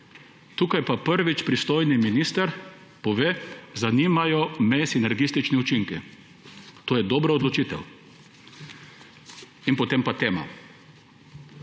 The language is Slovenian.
Tukaj pa prvič pristojni minister pove, zanimajo me sinergijski učinki. To je dobra odločitev. In potem pa tema.